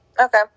okay